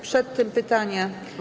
Przed tym pytanie.